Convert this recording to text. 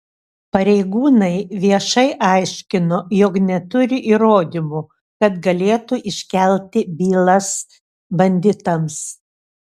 pareigūnai viešai aiškino jog neturi įrodymų kad galėtų iškelti bylas banditams